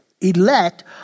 elect